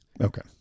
Okay